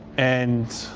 and